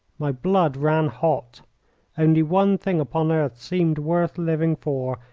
my blood ran hot only one thing upon earth seemed worth living for,